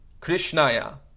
Krishnaya